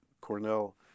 Cornell